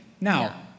Now